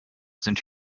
sind